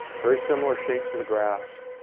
very similar shapes of the graphs.